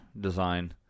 design